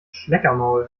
schleckermaul